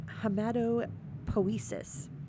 hematopoiesis